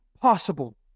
possible